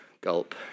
gulp